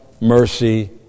mercy